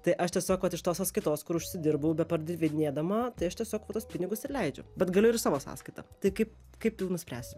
tai aš tiesiog vat iš tos sąskaitos kur užsidirbau bepardavinėdama tai aš tiesiog va tuos pinigus ir leidžiu bet galiu ir į savo sąskaitą tai kaip kaip jau nuspręsiu